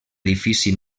edifici